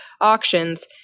auctions